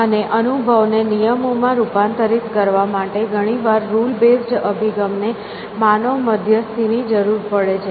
અને અનુભવને નિયમોમાં રૂપાંતરિત કરવા માટે ઘણીવાર રુલ બેઝડ અભિગમને માનવ મધ્યસ્થીની જરૂર પડે છે